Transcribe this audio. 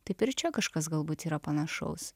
taip ir čia kažkas galbūt yra panašaus